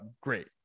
great